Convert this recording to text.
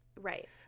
Right